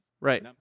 Right